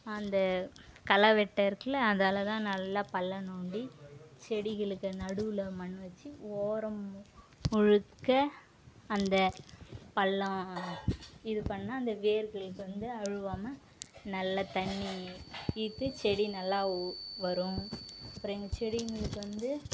அந்த களைவெட்ட இருக்குல்ல அதால் தான் நல்லா பள்ளம் தோண்டி செடிகளுக்கு நடுவில் மண் வச்சு ஓரம் முழுக்க அந்த பள்ளம் இது பண்ணால் அந்த வேர்களுக்கு வந்து அழுகாம நல்லா தண்ணி இழுத்து செடி நல்லா வரும் அப்புறம் எங்கள் செடிங்களுக்கு வந்து